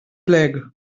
plague